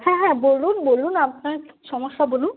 হ্যাঁ হ্যাঁ বলুন বলুন আপনার সমস্যা বলুন